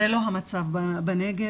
זה לא המצב בנגב,